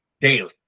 daily